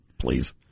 Please